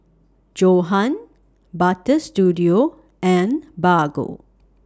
Johan Butter Studio and Bargo